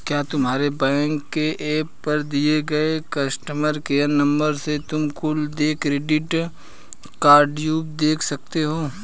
क्या तुम्हारे बैंक के एप पर दिए गए कस्टमर केयर नंबर से तुम कुल देय क्रेडिट कार्डव्यू देख सकते हो?